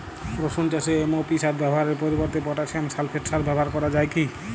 রসুন চাষে এম.ও.পি সার ব্যবহারের পরিবর্তে পটাসিয়াম সালফেট সার ব্যাবহার করা যায় কি?